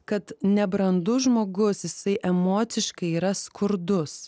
kad nebrandus žmogus jisai emociškai yra skurdus